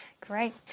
Great